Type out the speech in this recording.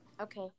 Okay